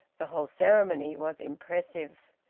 the whole ceremony was impressive.